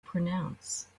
pronounce